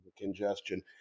congestion